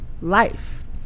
life